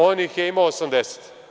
On ih je imao 80.